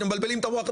אתם מבלבלים את המוח.